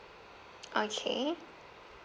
okay